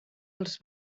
els